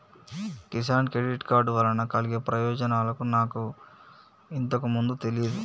Kisan credit card వలన కలిగే ప్రయోజనాలు నాకు ఇంతకు ముందు తెలియదు